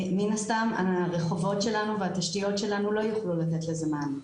מן הסתם הרחובות שלנו והתשתיות שלנו לא יוכלו לתת לזה מענה.